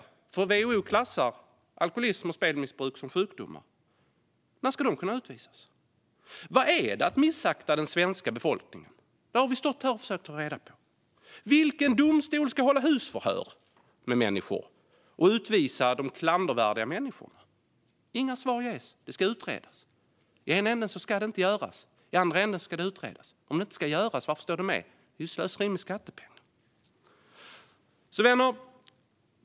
WHO klassar ju alkoholism och spelmissbruk som sjukdomar. Vad är det att missakta den svenska befolkningen? Det har vi stått här och försökt att få reda på. Vilken domstol ska hålla husförhör med människor och utvisa de klandervärda? Inga svar ges. Det ska utredas. I den ena ändan ska det inte göras. I den andra ändan ska det utredas. Om det inte ska göras, varför står det då med? Det är ju slöseri med skattepengar. Vänner!